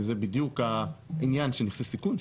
וזה בדיוק העניין של נכסי סיכון,